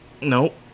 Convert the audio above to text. Nope